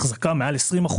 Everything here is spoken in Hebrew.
שהחזקה של למעלה מ-20%